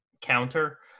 counter